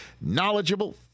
knowledgeable